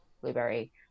blueberry